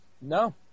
No